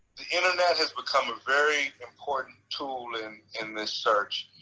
the internet has become a very important tool in in this search.